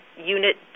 unit